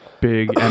big